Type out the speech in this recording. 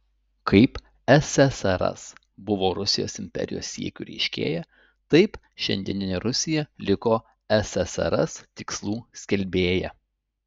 kaip ssrs buvo rusijos imperijos siekių reiškėja taip šiandieninė rusija liko ssrs tikslų skelbėja